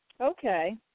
Okay